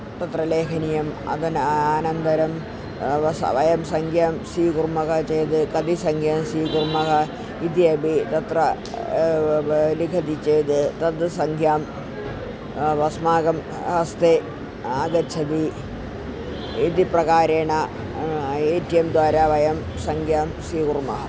तत्र लेखनीयम् अधुना अनन्तरं स वयं सङ्ख्यां स्वीकुर्मः चेद् कति सङ्ख्या स्वीकुर्मः इति अपि तत्र लिखति चेद् तद् सङ्ख्या अस्माकं हस्ते आगच्छति इति प्रकारेण ए टि एम्द्वारा वयं सङ्ख्यां स्वीकुर्मः